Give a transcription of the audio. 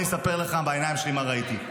אני אספר לך בעיניים שלי מה ראיתי,